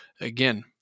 again